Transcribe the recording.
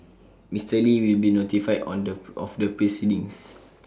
Mister li will be notified on the of the proceedings